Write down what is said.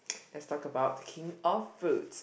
let's talk about king of fruits